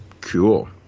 Cool